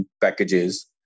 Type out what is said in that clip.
packages